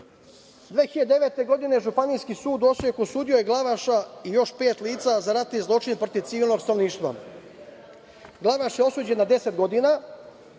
2009. Županijski sud u Osijeku osudio je Glavaša i još pet lica za ratne zločine protiv civilnog stanovništva. Glavaš je osuđen na 10 godina.